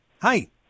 Hi